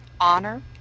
honor